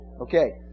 Okay